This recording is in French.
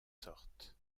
sortes